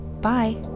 bye